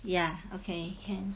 ya okay can